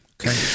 Okay